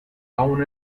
aún